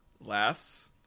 laughs